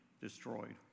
destroyed